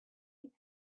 and